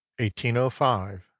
1805